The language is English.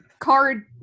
Card